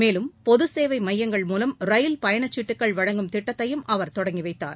மேலும் பொது சேவை மையங்கள் மூலம் ரயில் பயண சீட்டுக்கள் வழங்கும் திட்டத்தையும் அவர் தொடங்கி வைத்தார்